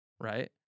Right